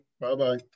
Bye-bye